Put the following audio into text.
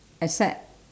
except